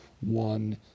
one